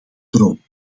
droom